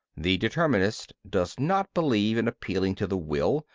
the determinist does not believe in appealing to the will,